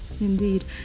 Indeed